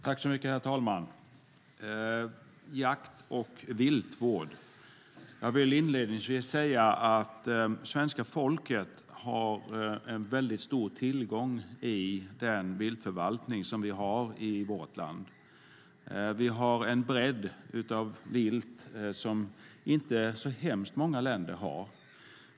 Herr talman! Jag vill inledningsvis säga att svenska folket har en väldigt stor tillgång i den viltförvaltning som vi har i vårt land. Vi har en bredd av vilt som inte så många andra länder har.